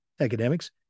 academics